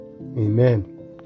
Amen